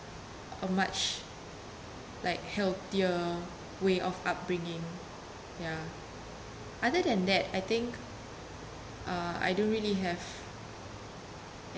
a much like healthier way of upbringing ya other than that I think uh I don't really have